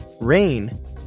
Rain